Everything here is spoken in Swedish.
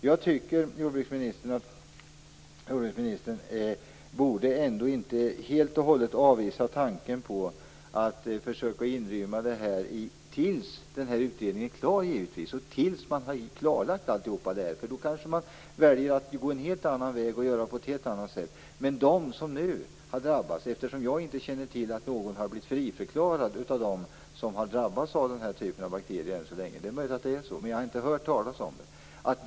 Jag tycker att jordbruksministern inte helt och hållet skall avvisa tanken på att försöka inrymma det här tills utredningen är klar och tills allt detta har klarlagts. Då kanske man väljer att gå en helt annan väg och göra på ett helt annat sätt. Jag känner inte till att någon av dem som har drabbats av den här typen av bakterier har blivit friförklarad ännu. Det är möjligt att det är så, men jag har inte hört talas om det.